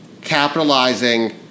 capitalizing